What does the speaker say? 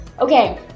Okay